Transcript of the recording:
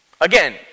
Again